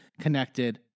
connected